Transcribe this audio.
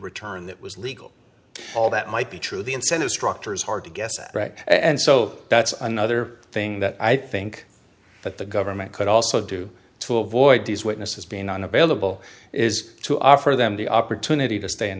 return that was legal all that might be true the incentive structure is hard to guess right and so that's another thing that i think that the government could also do to avoid these witnesses being unavailable is to offer them the opportunity to stay in